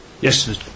Yes